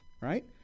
right